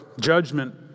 judgment